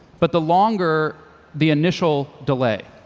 but the longer the initial delay.